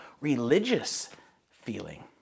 religious-feeling